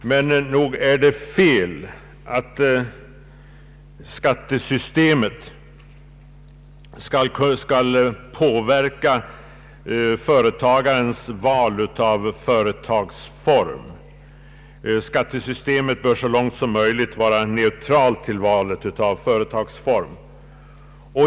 Men nog är det fel att skattesystemet skall påverka företagarens val av företagsform. Skattesystemet bör så långt som möjligt vara neutralt till valet av företagsform.